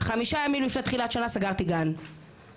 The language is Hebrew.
חמישה ימים לפני תחילת שנה סגרתי גן בכאב,